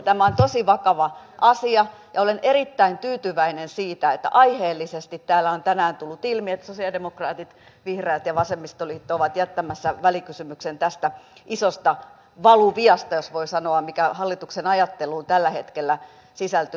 tämä on tosi vakava asia ja olen erittäin tyytyväinen siitä että aiheellisesti täällä on tänään tullut ilmi että sosialidemokraatit vihreät ja vasemmistoliitto ovat jättämässä välikysymyksen tästä isosta valuviasta jos näin voi sanoa mikä hallituksen ajatteluun tällä hetkellä sisältyy